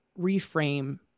reframe